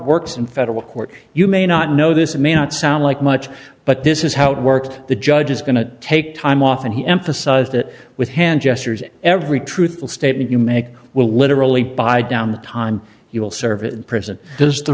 works in federal court you may not know this it may not sound like much but this is how it worked the judge is going to take time off and he emphasized that with hand gestures every truthful statement you make will literally buy down the time you will serve in prison does the